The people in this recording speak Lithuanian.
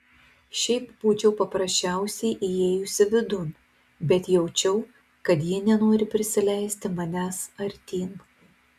šiaip būčiau paprasčiausiai įėjusi vidun bet jaučiau kad ji nenori prisileisti manęs artyn